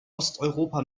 osteuropa